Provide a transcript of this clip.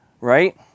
right